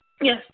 Yes